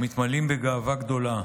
מכובדי השר,